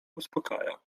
uspokaja